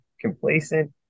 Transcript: complacent